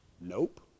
Nope